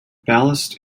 ballast